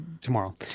Tomorrow